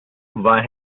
war